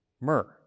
myrrh